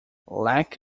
lack